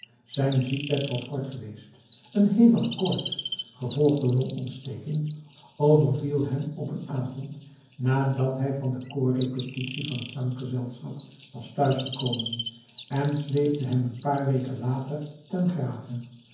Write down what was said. zijn ziekbed was kort geweest een hevige koorts gevolgd door longontsteking overviel hem op een avond nadat hij van de koorrepetitie van t zanggezelschap was thuis gekomen en sleepte hem een paar weken later ten grave